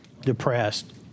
depressed